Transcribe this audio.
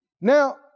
Now